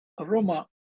aroma